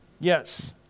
Yes